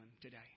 today